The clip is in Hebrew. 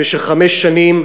במשך חמש שנים,